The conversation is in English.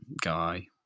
guy